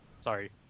Sorry